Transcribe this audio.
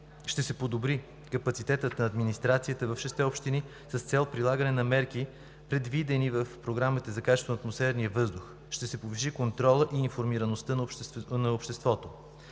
Ще се подобри капацитетът на администрацията в шестте общини с цел прилагане на мерки, предвидени в програмите за качество на атмосферния въздух, ще се повиши контролът и информираността на обществото.